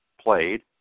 played